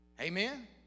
Amen